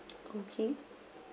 okay